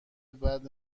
بعد